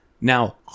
Now